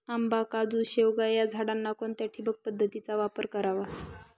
आंबा, काजू, शेवगा या झाडांना कोणत्या ठिबक पद्धतीचा वापर करावा?